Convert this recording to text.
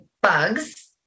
bugs